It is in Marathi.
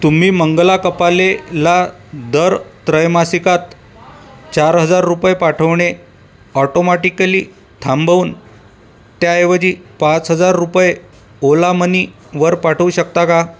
तुम्ही मंगला कपालेला दर त्रैमासिकात चार हजार रुपये पाठवणे ऑटोमॅटिकली थांबवून त्याऐवजी पाच हजार रुपये ओला मनीवर पाठवू शकता का